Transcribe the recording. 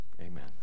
Amen